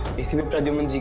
acp pradyuman.